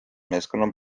meeskonna